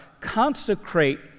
consecrate